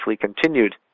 continued